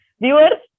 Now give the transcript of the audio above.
viewers